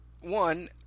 One